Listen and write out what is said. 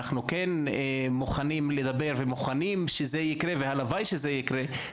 כן מוכנים לדבר ומוכנים שזה יקרה והלוואה שזה יקרה,